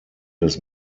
des